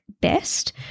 best